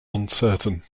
uncertain